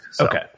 Okay